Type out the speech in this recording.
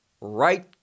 right